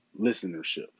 listenership